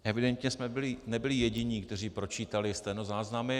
Evidentně jsme nebyli jediní, kteří pročítali stenozáznamy.